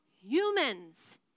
humans